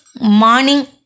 morning